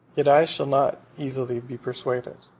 yet i shall not easily be persuaded,